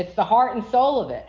it's the heart and soul of it